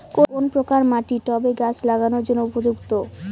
কোন প্রকার মাটি টবে গাছ লাগানোর জন্য উপযুক্ত?